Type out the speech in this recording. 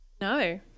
No